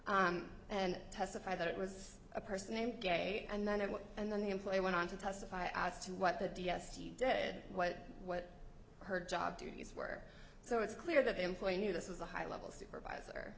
d and testify that it was a person named gay and then it was and then the employee went on to testify as to what the d s t dead what what her job duties were so it's clear that the employee knew this was a high level supervisor